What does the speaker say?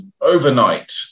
overnight